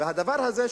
והדבר הזה,